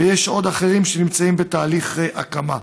ויש עוד אחרים שנמצאים בתהליך הקמה,